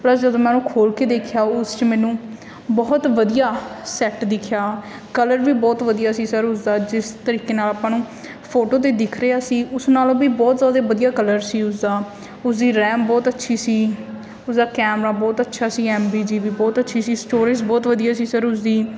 plus ਜਦੋਂ ਮੈਂ ਉਹਨੂੰ ਖੋਲ੍ਹ ਕੇ ਦੇਖਿਆ ਉਸ 'ਚ ਮੈਨੂੰ ਬਹੁਤ ਵਧੀਆ ਸੈਟ ਦਿਖਿਆ ਕਲਰ ਵੀ ਬਹੁਤ ਵਧੀਆ ਸੀ ਸਰ ਉਸਦਾ ਜਿਸ ਤਰੀਕੇ ਨਾਲ ਆਪਾਂ ਨੂੰ ਫੋਟੋ 'ਤੇ ਦਿਖ ਰਿਹਾ ਸੀ ਉਸ ਨਾਲੋਂ ਵੀ ਬਹੁਤ ਜ਼ਿਆਦਾ ਵਧੀਆ ਕਲਰ ਸੀ ਉਸਦਾ ਉਸਦੀ ਰੈਮ ਬਹੁਤ ਅੱਛੀ ਸੀ ਉਹਦਾ ਕੈਮਰਾ ਬਹੁਤ ਅੱਛਾ ਸੀ ਐਮ ਬੀ ਜੀ ਬੀ ਬਹੁਤ ਅੱਛੀ ਸੀ ਸਟੋਰੇਜ ਬਹੁਤ ਵਧੀਆ ਸੀ ਸਰ ਉਸਦੀ